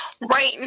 Right